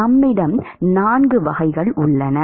நம்மிடம் 4 வகைகள் உள்ளன